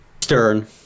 stern